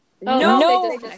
No